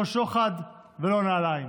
לא שוחד ולא נעליים.